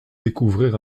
découvrir